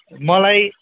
मलाई